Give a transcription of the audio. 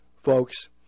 folks